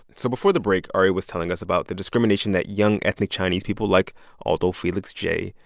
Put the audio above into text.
so before the break, ari was telling us about the discrimination that young ethnic chinese people like alldo fellix j.